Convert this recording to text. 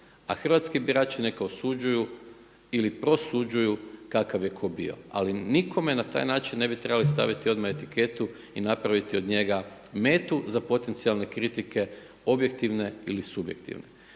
a hrvatski birači neka osuđuju ili prosuđuju kakav je tko bio, ali nikome na taj način ne bi trebali staviti odmah etiketu i napraviti od njega metu za potencijalne kritike objektivne ili subjektivne.